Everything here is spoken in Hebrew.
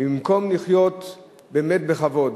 ובמקום לחיות באמת בכבוד,